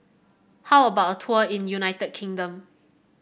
how about a tour in United Kingdom